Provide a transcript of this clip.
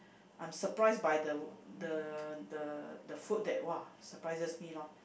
I'm surprised by the the the the food that !wah! surprises me lor